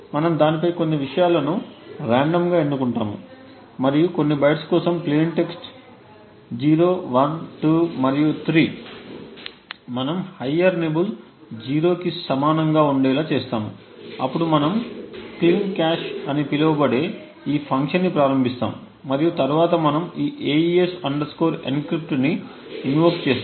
మనము దానిపై కొన్ని విషయాలను రాండమ్గా ఎన్నుకుంటాము మరియు కొన్ని బైట్స్ కోసం ప్లేయిన్ టెక్స్ట్ 0 1 2 మరియు 3 మనము హయ్యర్ నిబ్బల్ 0 కి సమానంగా ఉండేలా చేస్తాము అప్పుడు మనము క్లీన్ కాష్ అని పిలువబడే ఈ ఫంక్షన్ను ప్రారంభిస్తాము మరియు తరువాత మనం ఈ AES encrypt ని ఇన్వోక్ చేస్తాము